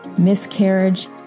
miscarriage